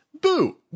boo